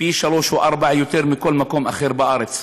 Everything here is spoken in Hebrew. פי שלושה או ארבעה מכל מקום אחר בארץ.